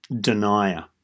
denier